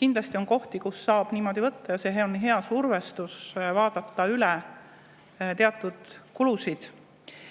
Kindlasti on kohti, kust saab niimoodi võtta, ja see on hea surve vaadata teatud kulud